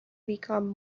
become